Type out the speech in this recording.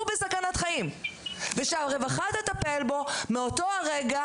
הוא בסכנת חיים ושהרווחה תטפל בו מאותו הרגע,